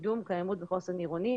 לקידום קיימות וחוסן עירוני.